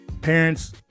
parents